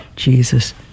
jesus